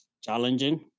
challenging